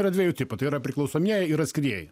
yra dviejų tipų tai yra priklausomieji ir atskrieja